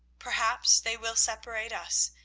perhaps they will separate us,